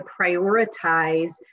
prioritize